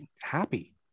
happy